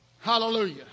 Hallelujah